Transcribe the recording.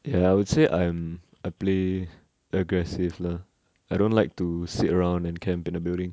ya I would say I'm I play aggressive lah I don't like to sit around and camp in the building